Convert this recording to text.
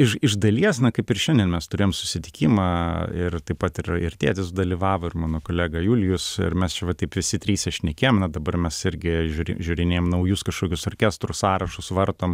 iš iš dalies na kaip ir šiandien mes turėjom susitikimą ir taip pat ir ir tėtis dalyvavo ir mano kolega julijus ir mes čia va taip visi tryse šnekėjom na dabar mes irgi žiūr žiūrinėjom naujus kažkokius orkestrų sąrašus vartom